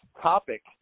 topic